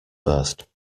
first